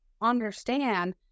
understand